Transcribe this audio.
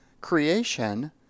creation